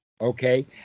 Okay